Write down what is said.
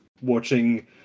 watching